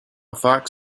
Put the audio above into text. fox